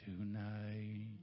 tonight